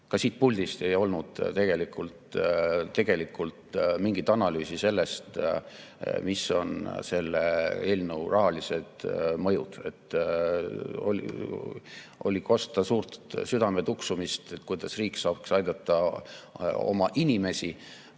Ka siin puldis ei olnud tegelikult mingit analüüsi selle kohta, mis on selle eelnõu rahalised mõjud. Oli kosta suurt südame tuksumist, kuidas riik saaks aidata oma inimesi,